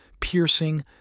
piercing